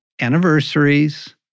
anniversaries